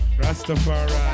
Rastafari